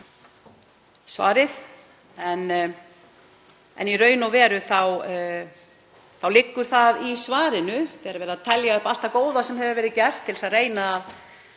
svarið. Í raun og veru liggur þetta í svarinu. Þegar verið er að telja upp allt það góða sem hefur verið gert til þess að reyna að